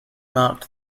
marked